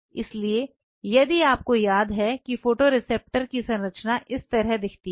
इसलिए यदि आपको याद है कि फोटोरिसेप्टर की संरचना इस तरह दिखती है